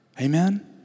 Amen